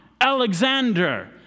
Alexander